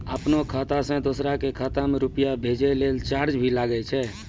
आपनों खाता सें दोसरो के खाता मे रुपैया भेजै लेल चार्ज भी लागै छै?